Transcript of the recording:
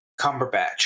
cumberbatch